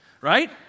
right